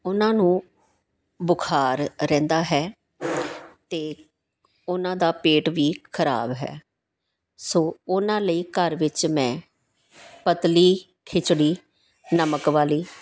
ਉਹਨਾਂ ਨੂੰ ਬੁਖ਼ਾਰ ਰਹਿੰਦਾ ਹੈ ਅਤੇ ਉਹਨਾਂ ਦਾ ਪੇਟ ਵੀ ਖ਼ਰਾਬ ਹੈ ਸੋ ਉਹਨਾਂ ਲਈ ਘਰ ਵਿੱਚ ਮੈਂ ਪਤਲੀ ਖਿਚੜੀ ਨਮਕ ਵਾਲੀ